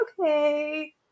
okay